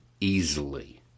easily